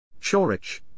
Chorich